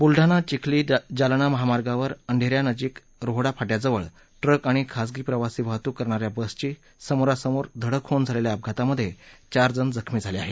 बुलडाणा चिखली जालना महामार्गावर अंढेऱ्या नजीक रोहडा फाट्याजवळ ट्रक आणि खासगी प्रवासी वाहतूक करणाऱ्या बसची समोरासमोर धडक होऊन झालेल्या अपघातामध्ये चार जण जखमी झाले आहेत